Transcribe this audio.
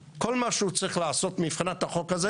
כל מה שהוא צריך לעשות מבחינת החוק הזה